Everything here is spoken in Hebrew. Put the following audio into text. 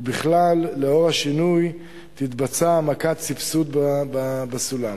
ובכלל, לאור השינוי תתבצע העמקת סבסוד בסולם.